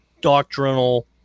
doctrinal